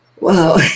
Wow